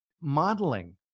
modeling